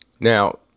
Now